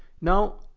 now,